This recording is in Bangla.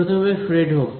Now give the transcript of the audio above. প্রথমে ফ্রেডহোম